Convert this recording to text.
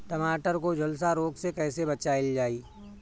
टमाटर को जुलसा रोग से कैसे बचाइल जाइ?